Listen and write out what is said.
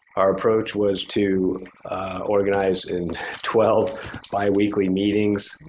our approach was to organize in twelve biweekly meetings.